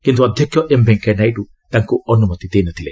କିନ୍ତୁ ଅଧ୍ୟକ୍ଷ ଏମ୍ ଭେଙ୍କେୟା ନାଇଡ଼ ତାଙ୍କୁ ଅନୁମତି ଦେଇନଥିଲେ